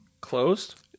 Closed